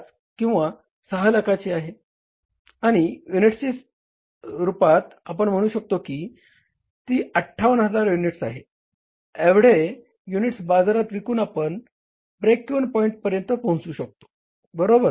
5 किंवा 6 लाखाची आहे आणि युनिट्सच्या स्वरूपात आपण म्हणू शकतो की ती 58000 युनिट्स आहे एवढे युनिट्स बाजारात विकून आपण ब्रेक इव्हन पॉईंट पर्यंत पोहचू शकतो बरोबर